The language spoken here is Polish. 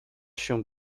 się